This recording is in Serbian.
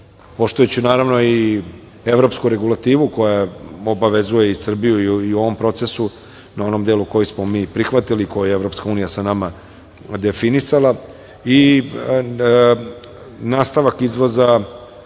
poštujući naravno i evropsku regulativu koja obavezuju i Srbiju u ovom procesu na onom delu koji smo mi prihvatili, koju je Evropska Unija sa nama definisala i nastavak izvoza